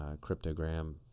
cryptogram